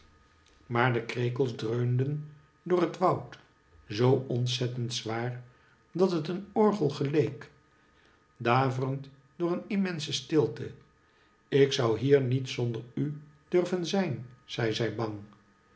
maar de krekels dreunden door het woud zoo ontzettend zwaar dat het een orgel geleek daverend door een immense stilte ik zou hier niet zonder u durven zijn zei zij bang